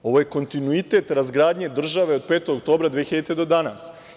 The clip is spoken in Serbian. Ovo je kontinuitet razgradnje države od 5. oktobra 2000. godine do danas.